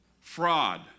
fraud